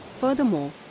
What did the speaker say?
Furthermore